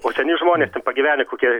o seni žmonės ten pagyvenę kokie